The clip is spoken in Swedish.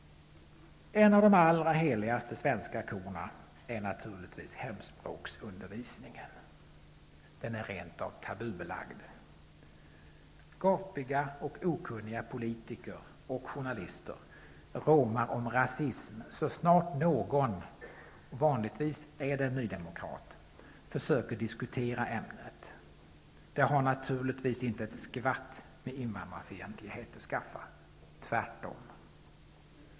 En av de allra heligaste svenska korna är naturligtvis hemspråksundervisningen. Den är rent av tabubelagd. Gapiga och okunniga politiker och journalister råmar om rasism så snart någon -- vanligtvis är det en nydemokrat -- försöker diskutera ämnet. Det har naturligtvis inte ett skvatt med invandrarfientlighet att skaffa -- tvärtom.